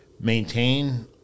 maintain